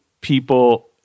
people